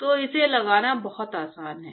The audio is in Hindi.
तो इसे लगाना बहुत आसान है